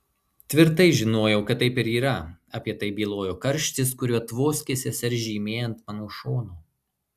tvirtai žinojau kad taip ir yra apie tai bylojo karštis kuriuo tvoskė sesers žymė ant mano šono